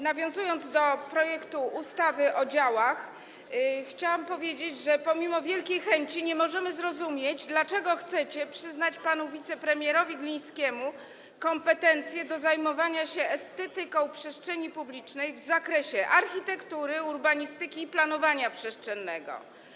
Nawiązując do projektu ustawy o działach, chciałam powiedzieć, że pomimo wielkiej chęci nie możemy zrozumieć, dlaczego chcecie przyznać panu wicepremierowi Glińskiemu kompetencje do zajmowania się estetyką przestrzeni publicznej w zakresie architektury, urbanistyki i planowania przestrzennego.